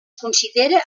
considera